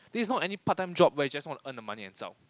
this not any part-time job where you just wanna earn the money and zao